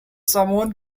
someone